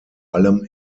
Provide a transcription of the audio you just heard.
allem